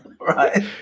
right